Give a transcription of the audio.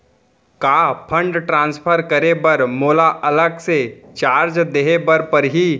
का fund transfer करे बर मोला अलग से चार्ज देहे बर परही?